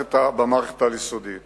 במערכת החינוך העל-יסודי.